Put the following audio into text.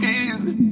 easy